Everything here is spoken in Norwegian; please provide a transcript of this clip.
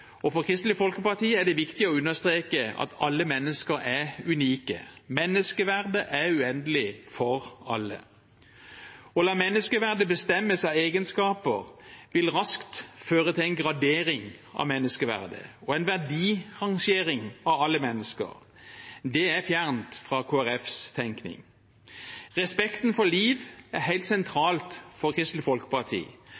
og for Kristelig Folkeparti er det viktig å understreke at alle mennesker er unike. Menneskeverdet er uendelig for alle. Å la menneskeverdet bestemmes av egenskaper vil raskt føre til en gradering av menneskeverdet og en verdirangering av alle mennesker. Det er fjernt fra Kristelig Folkepartis tenkning. Respekten for liv er